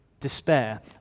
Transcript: Despair